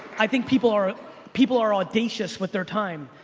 i think people are people are audacious with their time.